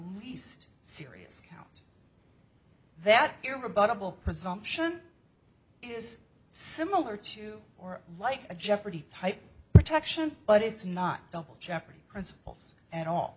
least serious count that rebuttable presumption is similar to or like a jeopardy type protection but it's not double jeopardy principles at all